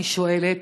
אני שואלת.